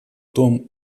том